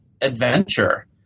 adventure